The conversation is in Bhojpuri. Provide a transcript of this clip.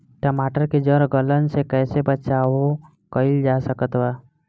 टमाटर के जड़ गलन से कैसे बचाव कइल जा सकत बा?